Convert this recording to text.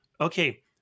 Okay